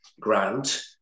grant